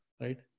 right